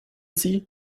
sie